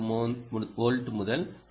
2 volt முதல் 3